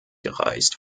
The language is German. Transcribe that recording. gereist